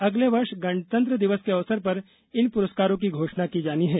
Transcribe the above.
अगले वर्ष गणतंत्र दिवस के अवसर पर इन पुरस्कारों की घोषणा की जानी है